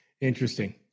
Interesting